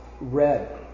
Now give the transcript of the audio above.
red